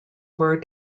were